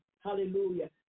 Hallelujah